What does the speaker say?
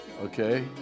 okay